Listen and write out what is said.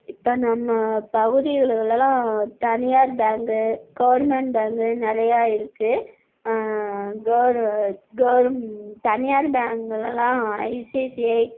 இப்போ நம்ம பகுதிகள்கலாம் தனியார் பேங்கு கவர்மெண்ட் பேங்கு நிறையா இருக்கு கவர் கவர்ம் தனியார் பேங்குல எல்லாம் ஐசிசிஐ